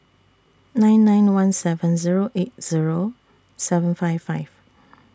nine nine one seven Zero eight Zero seven five five